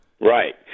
Right